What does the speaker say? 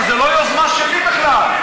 זה לא יוזמה שלי בכלל.